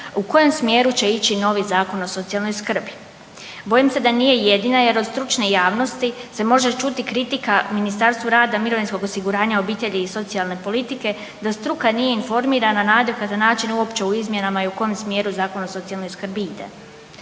u kojem smjeru će ići novi Zakon o socijalnoj skrbi. Bojim se da nije jedina jer od stručne javnosti se može čuti kritika Ministarstvu rada, mirovinskog osiguranja, obitelji i socijalne politike da struka nije informirana na adekvatan način uopće u izmjenama i u kojem smjeru Zakon o socijalnoj skrbi ide.